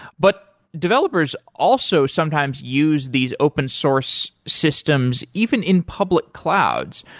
but developers also sometimes use these open-source systems even in public clouds.